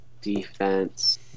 defense